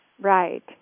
Right